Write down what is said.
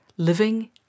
living